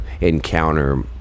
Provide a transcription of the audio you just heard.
encounter